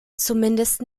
zumindest